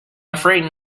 afraid